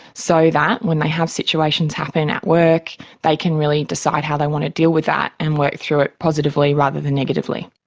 so that when they have situations happen at work they can really decide how they want to deal with that and work through it positively rather than negatively.